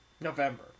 November